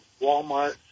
Walmart